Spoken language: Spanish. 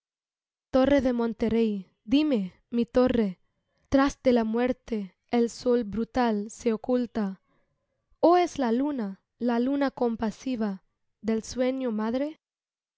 torre de monterrey díme mi torre tras de la muerte el sol brutal se oculta ó es la luna la luna compasiva del sueño madre